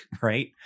right